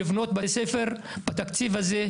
בתוך הישוב יש הרבה אנשים שאין להם הסדרה בשכונה שלהם,